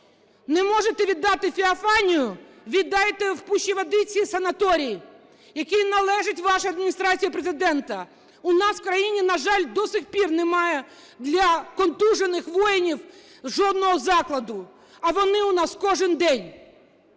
Не можете віддати "Феофанію" – віддайте в Пущі-Водиці санаторій, який належить вашій Адміністрації Президента. У нас в країні, на жаль, до сих пір немає для контужених воїнів жодного закладу, а вони у нас кожен день.